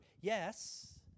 Yes